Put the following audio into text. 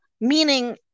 meaning